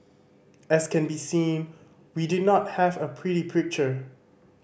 as can be seen we do not have a pretty picture